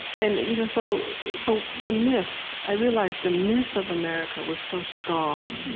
and you know so but the myth i realized the myth of america was so strong.